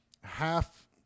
half